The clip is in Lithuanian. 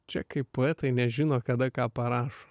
čia kai poetai nežino kada ką parašo